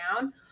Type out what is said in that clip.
down